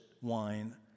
wine